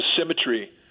symmetry